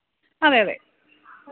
അതെ അതെ